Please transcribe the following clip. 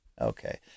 Okay